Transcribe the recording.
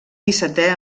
dissetè